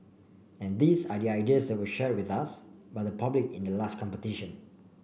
and these are the ideas that were shared with us by the public in the last competition